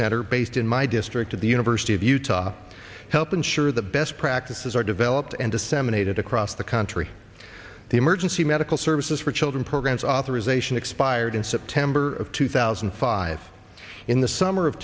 center based in my district of the university of utah help ensure the best practices are developed and disseminated across the country the emergency medical services for children programs authorization expired in september of two thousand and five in the summer of